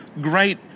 great